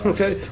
Okay